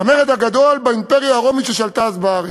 המרד הגדול באימפריה הרומית ששלטה אז בארץ.